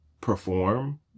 perform